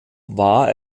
war